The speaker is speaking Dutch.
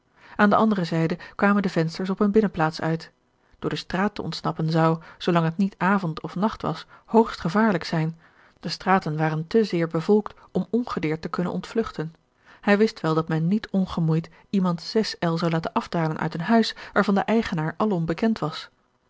aan de andere zijde kwamen de vensters op eene binnenplaats uit door de straat te ontsnappen zou zoolang het niet avond of nacht was hoogst gevaarlijk zijn de straten waren te zeer bevolkt om ongedeerd te kunnen ontvlugten hij wist wel dat men niet ongemoeid iemand zes el zou laten afdalen uit een huis waarvan de eigenaar alom bekend was